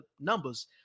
numbers